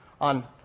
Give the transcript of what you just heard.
On